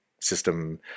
system